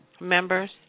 members